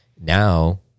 now